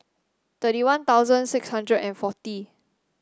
thirty One Thousand six hundred and forty